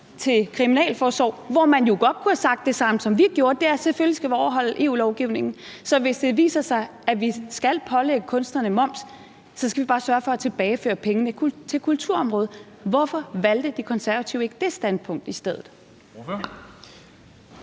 til kriminalforsorgen, hvor man jo godt kunne have sagt det samme, som vi gjorde, nemlig: Selvfølgelig skal vi overholde EU-lovgivningen, og hvis det viser sig, at vi skal pålægge kunstnerne moms, så skal vi bare sørge for at tilbageføre pengene til kulturområdet. Hvorfor valgte De Konservative ikke det standpunkt i stedet?